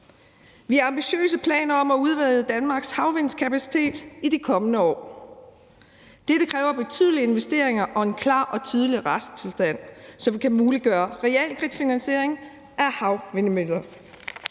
Vi har ambitiøse planer om at udvide Danmarks havvindskapacitet i de kommende år. Dette kræver betydelige investeringer og en klar og tydelig retstilstand, som kan muliggøre realkreditfinansiering af havvindmøller.